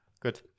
Good